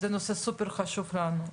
זה נושא סופר חשוב לנו.